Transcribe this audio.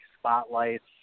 spotlights